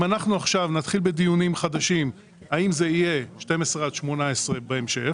אם אנחנו עכשיו נתחיל בדיונים חדשים האם זה יהיה 12 עד 18 בהמשך,